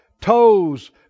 toes